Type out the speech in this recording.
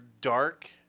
dark